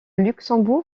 luxembourg